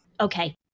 Okay